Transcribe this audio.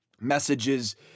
messages